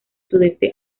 sudeste